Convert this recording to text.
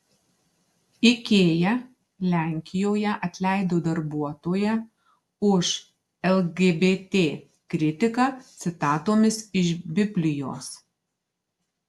ikea lenkijoje atleido darbuotoją už lgbt kritiką citatomis iš biblijos